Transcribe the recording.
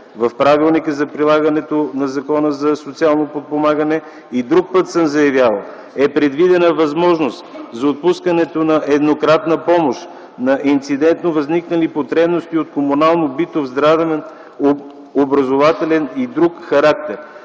В правилника за прилагането на Закона за социално подпомагане, и друг път съм заявявал, е предвидена възможност за отпускането на еднократна помощ на инцидентно възникнали потребности от комунално-битов, здравен, образователен и друг характер.